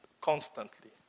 constantly